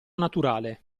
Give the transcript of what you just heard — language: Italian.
naturale